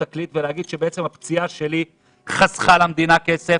החשיבה ולהגיד שבעצם הפציעה שלי חסכה למדינה כסף?